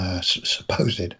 Supposed